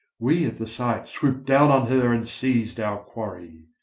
we at the sight swooped down on her and seized our quarry.